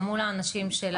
או מול האנשים של